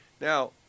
Now